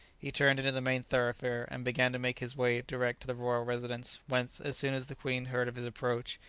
he turned into the main thoroughfare, and began to make his way direct to the royal residence, whence, as soon as the queen heard of his approach,